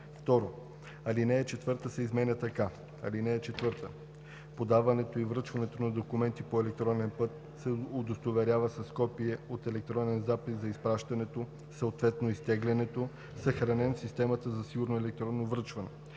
2. Алинея 4 се изменя така: „(4) Подаването и връчването на документи по електронен път се удостоверява с копие от електронния запис за изпращането, съответно изтеглянето, съхранен в система за сигурно електронно връчване,